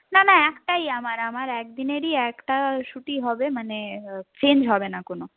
না না একটাই আমার আমার এক দিনেরই একটা শুটই হবে মানে চেঞ্জ হবে না কোনো